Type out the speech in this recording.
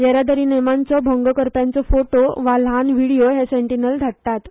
येरादारी नेमांचो भंग करप्यांचो फोटो वा ल्हान विडीयो हे सेंटीनल धाडटात